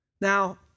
Now